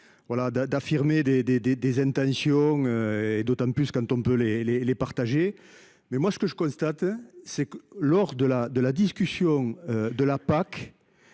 des des des intentions. Et d'autant plus quand on peut les les les partager. Mais moi ce que je constate c'est que lors de la de la discussion de la PAC.